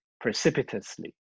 precipitously